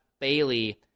Bailey